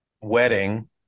wedding